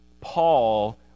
Paul